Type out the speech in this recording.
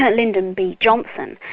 but lyndon b johnson.